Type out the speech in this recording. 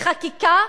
בחקיקה?